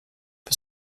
für